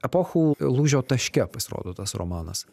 epochų lūžio taške pasirodo tas romanas